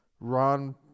Ron